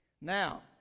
Now